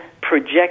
project